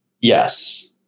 Yes